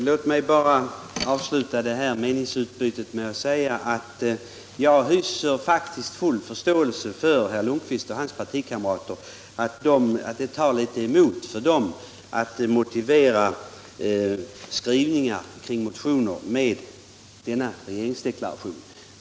Herr talman! Låt mig avsluta detta meningsutbyte med att säga att jag faktiskt hyser full förståelse för att det tar emot för herr Lundkvist och hans partikamrater att motivera skrivningar kring motioner med denna regeringsdeklaration.